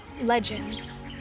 legends